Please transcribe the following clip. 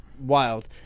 wild